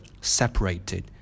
separated